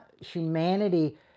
humanity